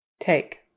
Take